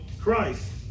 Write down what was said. Christ